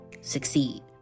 succeed